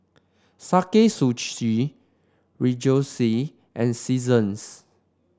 Sakae Sushi Rejoice and Seasons